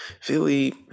Philly –